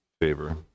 favor